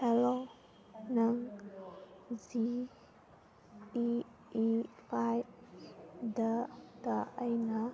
hello ꯅꯪ ꯖꯤ ꯏꯤ ꯏ ꯐꯥꯏꯕꯇ ꯑꯩꯅ